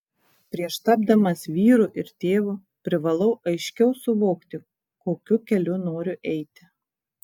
prieš tapdamas vyru ir tėvu privalau aiškiau suvokti kokiu keliu noriu eiti